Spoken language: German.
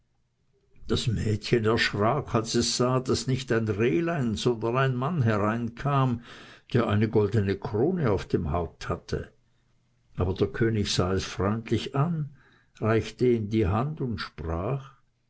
das mädchen erschrak als es sah daß nicht das rehlein sondern ein mann hereinkam der eine goldene krone auf dem haupt hatte aber der könig sah es freundlich an reichte ihm die hand und sprach